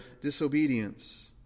disobedience